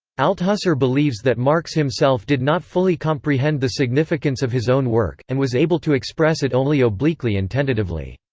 althusser believes that marx himself did not fully comprehend the significance of his own work, and was able to express it only obliquely and tentatively.